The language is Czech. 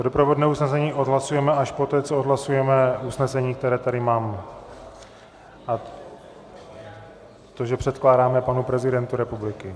Doprovodné usnesení odhlasujeme až poté, co odhlasujeme usnesení, které tady mám, a to, že předkládáme panu prezidentu republiky.